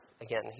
again